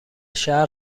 شهر